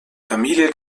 familie